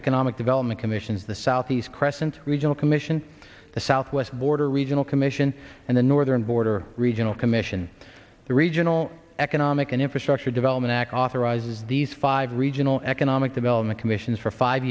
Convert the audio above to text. economic development commissions the southeast crescent regional commission the southwest border regional commission and the northern border regional commission the regional economic and infrastructure development act authorizes these five regional economic development commissions for five